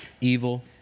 evil